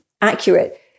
accurate